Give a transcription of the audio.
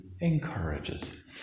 encourages